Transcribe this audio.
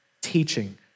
teaching